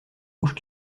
rouges